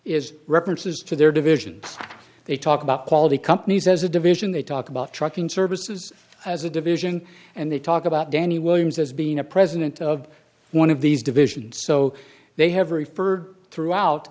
is references to their divisions they talk about quality companies as a division they talk about trucking services as a division and they talk about danny williams as being a president of one of these divisions so they have referred throughout